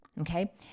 Okay